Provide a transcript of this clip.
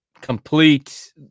complete